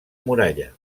muralla